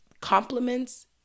compliments